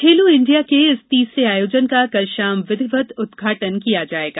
खेलों इंडिया के इस तीसरे आयोजन का कल शाम विधिवत उद्घाटन किया जायेगा